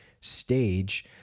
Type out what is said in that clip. stage